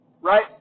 right